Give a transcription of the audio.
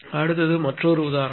அடுத்து மற்றொரு உதாரணம்